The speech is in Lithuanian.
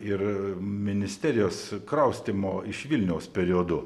ir ministerijos kraustymo iš vilniaus periodu